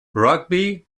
rugby